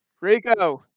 Rico